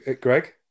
Greg